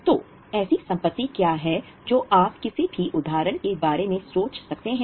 तो ऐसी संपत्ति क्या है जो आप किसी भी उदाहरण के बारे में सोच सकते हैं